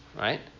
Right